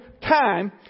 time